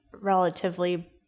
relatively